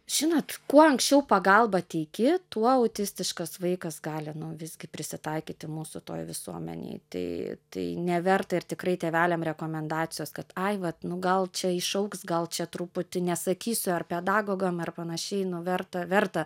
žinot kuo anksčiau pagalbą teiki tuo autistiškas vaikas gali nu visgi prisitaikyti mūsų toj visuomenėj tai tai neverta ir tikrai tėveliam rekomendacijos kad ai vat nu gal čia išaugs gal čia truputį nesakysiu ar pedagogam ar panašiai verta verta